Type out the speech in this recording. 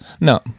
no